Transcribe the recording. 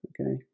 Okay